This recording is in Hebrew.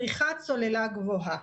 צריכת סוללה גבוהה.